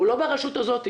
הוא לא ברשות הזאת,